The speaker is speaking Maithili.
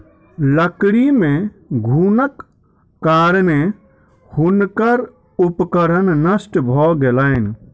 लकड़ी मे घुनक कारणेँ हुनकर उपकरण नष्ट भ गेलैन